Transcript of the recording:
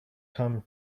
come